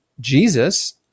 Jesus